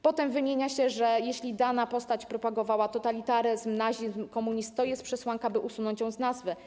Potem wymienia się, że jeśli dana postać propagowała totalitaryzm, nazizm czy komunizm, to jest to przesłanka, by usunąć ją z nazwy.